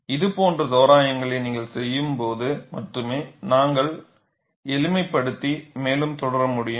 இது போன்ற தோராயங்களை நீங்கள் செய்யும்போது மட்டுமே நாங்கள் எளிமைப்படுத்தி மேலும் தொடர முடியும்